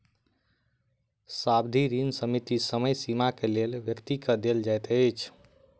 सावधि ऋण सीमित समय सीमा के लेल व्यक्ति के देल जाइत अछि